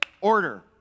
order